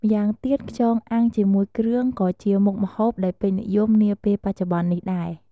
ម៉្យាងទៀត ខ្យងអាំងជាមួយគ្រឿងក៏ជាមុខម្ហូបដែលពេញនិយមនាពេលបច្ចុប្បន្ននេះដែរ។